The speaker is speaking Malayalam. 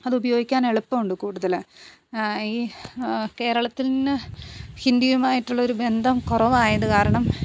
അത് ഉപയോഗിക്കാൻ എളുപ്പമുണ്ട് കൂടുതൽ ഈ കേരളത്തിൽ നിന്ന് ഹിന്ദിയുമായിട്ടുള്ള ഒരു ബന്ധം കുറവായത് കാരണം